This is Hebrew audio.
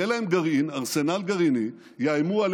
יהיה להם גרעין,